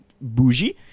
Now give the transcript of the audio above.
bougie